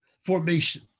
formation